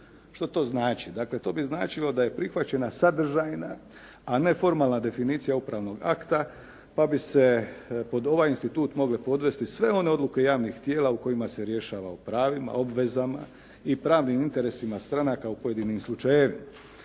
Što to znači? Dakle, to bi značilo da je prihvaćena sadržajna, a ne formalna definicija upravnog akta, pa bi se pod ovaj institut mogle podvesti sve one odluke javnih tijela u kojima se rješava o pravima, obvezama i pravnim interesima stranaka u pojedinim slučajevima.